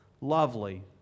lovely